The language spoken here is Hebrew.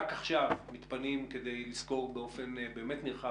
רק עכשיו מתפנים כדי לסקור באופן באמת נרחב,